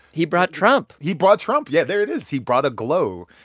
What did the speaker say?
he brought trump he brought trump. yeah, there it is. he brought a glow.